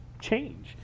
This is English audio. change